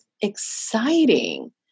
exciting